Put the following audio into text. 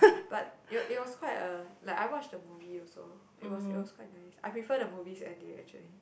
but it was it was quite a like I watched the movie also it was it was quite nice I prefer the movie's ending actually